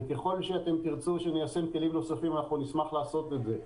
וככל שאתם תרצו שאנחנו ניישם כלים נוספים אנחנו נשמח לעשות את זה.